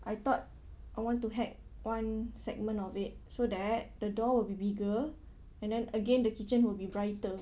I thought I want to hack one segment of it so that the door will be bigger and then again the kitchen will be brighter